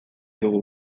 dugu